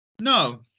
No